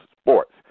sports